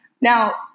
Now